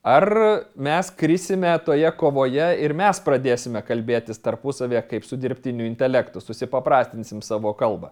ar mes krisime toje kovoje ir mes pradėsime kalbėtis tarpusavyje kaip su dirbtiniu intelektu supaprastinsim savo kalbą